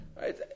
Right